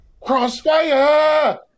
crossfire